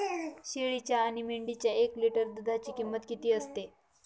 शेळीच्या आणि मेंढीच्या एक लिटर दूधाची किंमत किती असते?